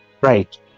Right